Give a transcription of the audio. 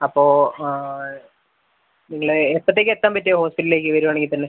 അപ്പം നിങ്ങള് എപ്പത്തേക്കാണ് എത്താൻ പറ്റുക ഹോസ്പിറ്റലിലേക്ക് വരുവാണെങ്കിൽ തന്നെ